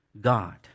God